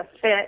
fit